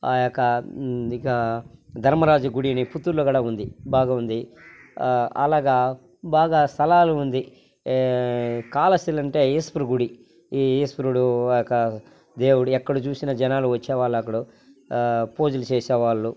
ఆ యొక ఇక ధర్మరాజు గుడి అని పుత్తూరులో కూడా ఉంది బాగా ఉంది అలాగా బాగా స్థలాలు ఉంది కాళహస్తిలో అంటే ఈశ్వర గుడి ఈ ఈశ్వరుడు ఆ యొక దేవుడు ఎక్కడ చూసినా జనాలు వచ్చేవాళ్ళు అక్కడ పూజలు చేసే వాళ్ళు